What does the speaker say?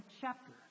chapter